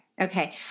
Okay